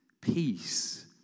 peace